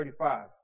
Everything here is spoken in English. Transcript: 35